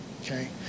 okay